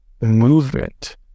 movement